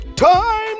Time